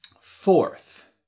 Fourth